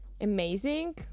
amazing